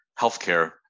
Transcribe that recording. healthcare